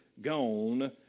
gone